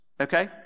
okay